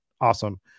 Awesome